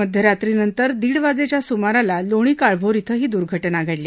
मध्यरात्रीनंतर दीड वाजेच्या सुमारास लोणी काळभोर बें ही दुर्घटना घडली